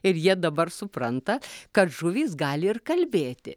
ir jie dabar supranta kad žuvys gali ir kalbėti